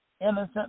innocent